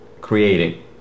creating